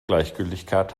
gleichgültigkeit